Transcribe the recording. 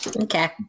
Okay